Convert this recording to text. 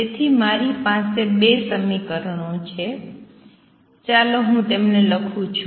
તેથી મારી પાસે બે સમીકરણો છે ચાલો હું તેમને લખું છું